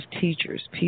teachers